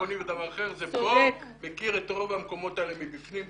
ביטחוני ודבר אחר זה --- מכיר את רוב המקומות האלה מבפנים,